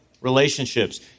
relationships